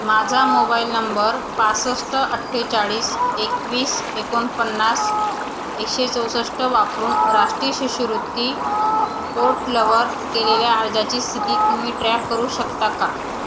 माझा mobile number पासष्ट अठ्ठेचाळीस एकवीस एकोणपन्नास एकशे चौसष्ट वापरून राष्ट्रीय शिष्यवृत्ती पोर्टलवर केलेल्या अर्जाची स्थिती तुम्ही ट्रॅक करू शकता का